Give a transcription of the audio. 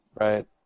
right